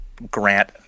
grant